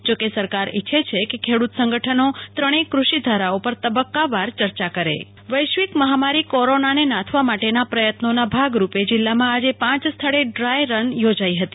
જોકે સરકાર ઈચ્છે છે કે ખેડુત સંગઠનો ત્રણેય કૃષિ ધારાઓ પર તબક્કાવાર ચર્ચા કરે કલ્પના શાહ જિલ્લામાં ડ્રાયરન વૈશ્વિક મહામારી કોરોનાને નાથવા માટેના પ્રયત્નોના ભાગરૂપે જિલ્લામાં આજે પાંચ સ્થળે ડ્રાયરન યોજાઈ હતી